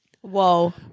Whoa